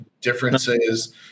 differences